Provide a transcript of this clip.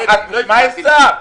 אפשר.